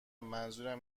منظورم